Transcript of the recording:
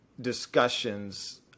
discussions